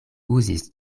uzis